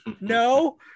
No